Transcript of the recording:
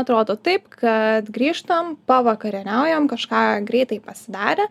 atrodo taip kad grįžtam pavakarieniaujam kažką greitai pasidarę